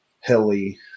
hilly